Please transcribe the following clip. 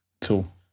Cool